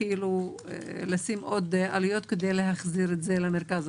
לשים עוד עלויות כדי להעביר את זה למרכז.